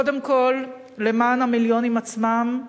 קודם כול למען המיליונים עצמם,